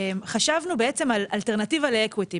חשבנו על אלטרנטיבה לאקוויטי.